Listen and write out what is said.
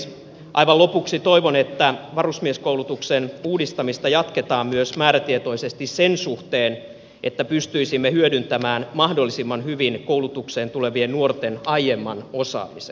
aivan lopuksi toivon että varusmieskoulutuksen uudistamista jatketaan myös määrätietoisesti sen suhteen että pystyisimme hyödyntämään mahdollisimman hyvin koulutukseen tulevien nuorten aiemman osaamisen